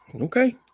Okay